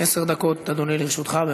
עשר דקות, אדוני, לרשותך.